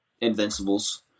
Invincibles